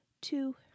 Two